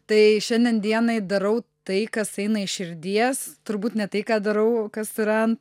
tai šiandien dienai darau tai kas eina iš širdies turbūt ne tai ką darau kas yra